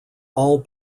all